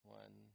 one